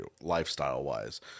lifestyle-wise